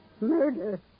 Murder